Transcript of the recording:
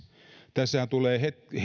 tässähän tulee